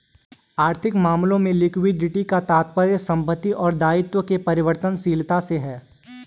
आर्थिक मामलों में लिक्विडिटी का तात्पर्य संपत्ति और दायित्व के परिवर्तनशीलता से है